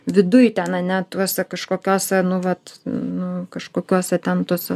viduj ten ane tuose kažkokiose nu vat nu kažkokiose ten tose